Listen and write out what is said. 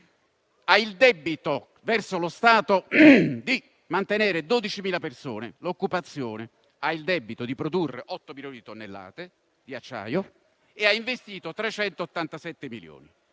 ha il debito verso lo Stato di mantenere l'occupazione di 12.000 persone, ha il debito di produrre 8 milioni di tonnellate di acciaio e ha investito 387 milioni